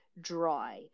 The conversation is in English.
dry